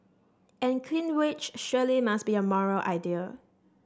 and clean wage surely must be a moral idea